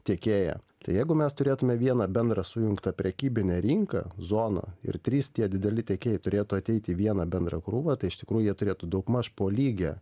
tiekėją tai jeigu mes turėtume vieną bendrą sujungtą prekybinę rinką zoną ir trys tie dideli tiekėjai turėtų ateit į vieną bendrą krūvą tai iš tikrųjų jie turėtų daugmaž po lygią